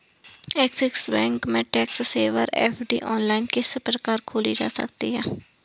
Axis Bank में tax saver FD online किस प्रकार खोली जा सकती है?